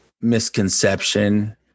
misconception